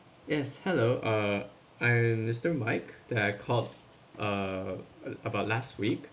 yes hello uh I am mister mike that I called uh about last week